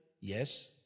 Yes